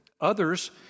Others